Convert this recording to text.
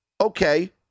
okay